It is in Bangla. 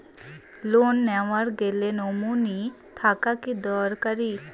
লোন নেওয়ার গেলে নমীনি থাকা কি দরকারী?